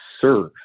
serve